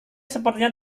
sepertinya